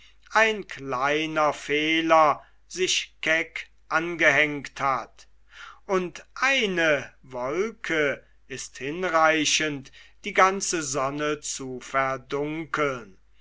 ein kleiner fehler sich keck angehängt hat und eine wolke ist hinreichend die ganze sonne zu verdunkeln